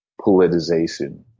politicization